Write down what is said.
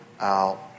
out